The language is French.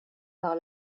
par